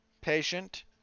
patient